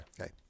Okay